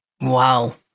Wow